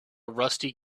rusty